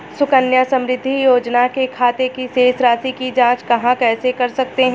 सुकन्या समृद्धि योजना के खाते की शेष राशि की जाँच कैसे कर सकते हैं?